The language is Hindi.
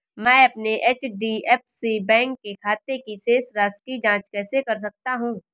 मैं अपने एच.डी.एफ.सी बैंक के खाते की शेष राशि की जाँच कैसे कर सकता हूँ?